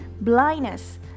blindness